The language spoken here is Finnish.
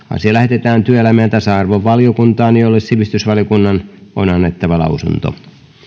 asia lähetetään työelämä ja tasa arvovaliokuntaan jolle sivistysvaliokunnan on annettava lausunto